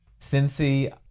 Cincy